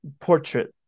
portrait